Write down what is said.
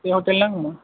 ସେ ହୋଟେଲ୍ ନାଁ କ'ଣ